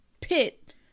pit